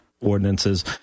ordinances